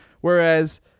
whereas